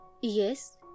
yes